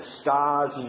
stars